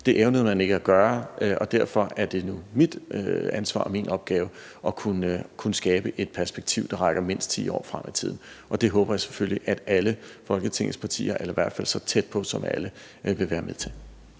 Det evnede man ikke at gøre, og derfor er det nu mit ansvar og min opgave at kunne skabe et perspektiv, der rækker mindst 10 år frem i tiden. Det håber jeg selvfølgelig at alle Folketingets partier – eller i hvert fald tæt på alle – vil være med til.